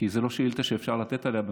כי זו לא שאילתה שאפשר לתת עליה את הפילוח,